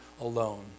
alone